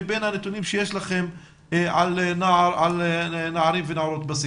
לבין הנתונים שיש לכם על נערים ונערות בסיכון.